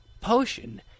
potion